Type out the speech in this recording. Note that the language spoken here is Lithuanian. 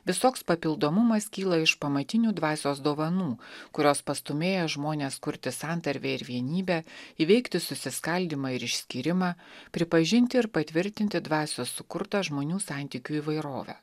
visoks papildomumas kyla iš pamatinių dvasios dovanų kurios pastūmėja žmones kurti santarvę ir vienybę įveikti susiskaldymą ir išskyrimą pripažinti ir patvirtinti dvasios sukurtą žmonių santykių įvairovę